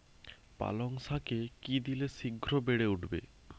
পালং শাকে কি দিলে শিঘ্র বেড়ে উঠবে?